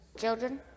Children